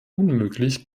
unmöglich